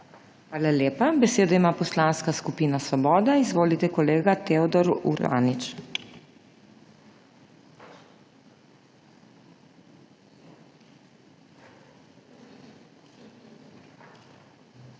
Hvala lepa. Besedo ima Poslanska skupina Svoboda. Izvolite, kolega Teodor Uranič. **TEODOR